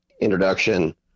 introduction